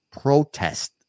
protest